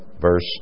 verse